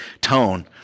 tone